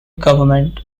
government